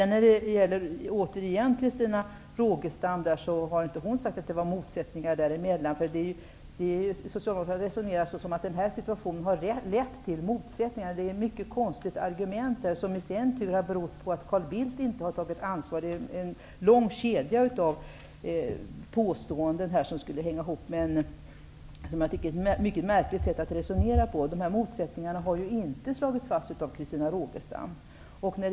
När det återigen gäller Christina Rogestam har hon inte sagt att det rådde några motsättningar. Socialdemokraternas resonemang är att denna situation har lett till motsättningar. Det är mycket konstiga argument som används, t.ex. att det har berott på att Carl Bildt inte har tagit ansvar. Det är en lång kedja av påståenden, som jag tycker är mycket märkliga. Motsättningarna har ju inte slagits fast av Christina Rogestam.